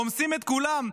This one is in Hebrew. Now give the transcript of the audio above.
רומסים את כולם,